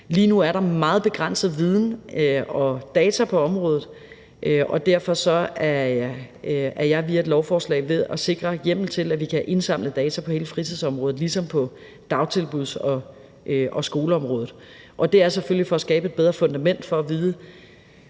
Lige nu er der meget begrænset viden og data på området, og derfor er jeg via et lovforslag ved at sikre hjemmel til, at vi kan indsamle data på hele fritidsområdet ligesom på dagtilbuds- og skoleområdet, og det er selvfølgelig for at skabe et bedre fundament for at vide,